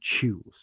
choose